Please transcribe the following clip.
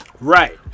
Right